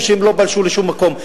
ושהם לא פלשו לשום מקום.